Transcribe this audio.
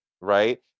right